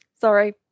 sorry